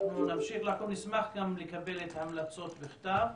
אנחנו נמשיך לעקוב, נשמח לקבל את ההמלצות גם בכתב.